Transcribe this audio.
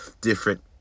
different